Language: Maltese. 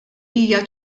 hija